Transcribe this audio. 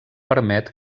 permet